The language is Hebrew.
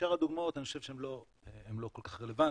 שאר הדוגמאות אני חושב שהן לא כל כך רלוונטיות,